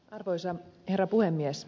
arvoisa herra puhemies